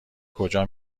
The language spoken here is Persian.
کجا